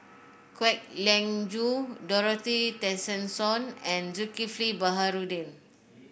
Kwek Leng Joo Dorothy Tessensohn and Zulkifli Baharudin